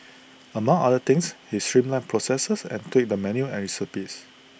among other things he streamlined processes and tweaked the menu and recipes